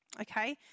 Okay